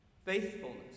Faithfulness